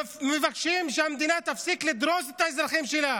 מבקשים שהמדינה תפסיק לדרוס את האזרחים שלה.